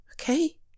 Okay